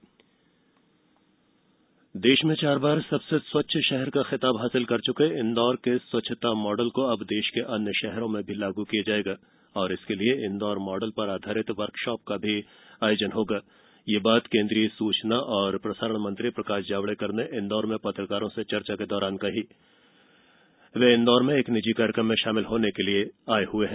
जावडेकर इंदौर देश में चार बार सबसे स्वच्छ शहर का खिताब हासिल कर चुके इंदौर के स्वच्छता मॉडल को अब देश के अन्य शहरों में भी लागू किया जाएगा इसके लिए इंदौर मॉडल पर आधारित वर्कशॉप का आयोजन भी होगा यह बात केंद्रीय सुचना एवं प्रसारण मंत्री प्रकाश जावड़ेकर ने इंदौर में पत्रकारों से चर्चा के दौरान कही वह इंदौर में एक निजी कार्यक्रम में शामिल होने के लिए आए हैं